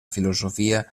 filosofia